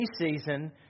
pre-season